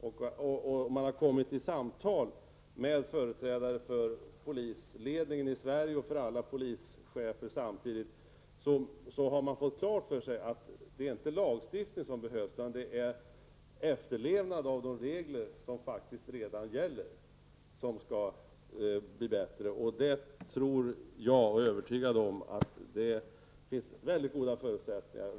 och när man fört samtal med företrädare för polisledningen i Sverige -- och samtidigt för alla polischefer -- har man fått klart för sig att det inte är lagstiftning som behövs utan att det är efterlevnaden av redan gällande regler som skall bli bättre. Jag är övertygad om att det finns mycket goda förutsättningar för detta.